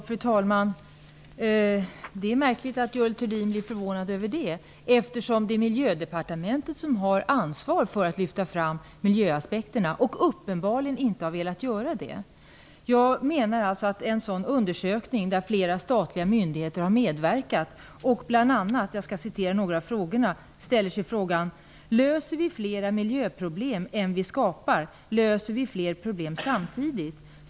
Fru talman! Det är märkligt att Görel Thurdin blir förvånad över det, eftersom det är Miljödepartementet som har ansvar för att lyfta fram miljöaspekterna och uppenbarligen inte har velat göra det. Det är här fråga om en undersökning där flera statliga myndigheter har medverkat och bl.a. ställer sig frågorna: Löser vi flera miljöproblem än vi skapar? Löser vi flera problem samtidigt?